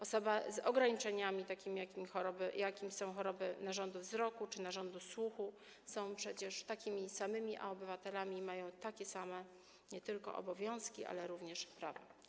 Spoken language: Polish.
Osoby z ograniczeniami, takimi jakimi są choroby narządu wzroku czy narządu słuchu, są przecież takimi samymi obywatelami i mają takie same nie tylko obowiązki, ale również prawa.